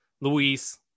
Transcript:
Luis